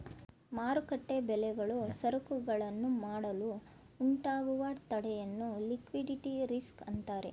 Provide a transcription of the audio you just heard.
ಮಾರುಕಟ್ಟೆ ಬೆಲೆಗಳು ಸರಕುಗಳನ್ನು ಮಾಡಲು ಉಂಟಾಗುವ ತಡೆಯನ್ನು ಲಿಕ್ವಿಡಿಟಿ ರಿಸ್ಕ್ ಅಂತರೆ